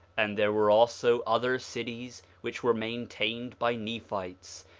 and there were also other cities which were maintained by nephites,